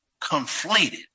conflated